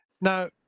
Now